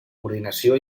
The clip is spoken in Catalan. coordinació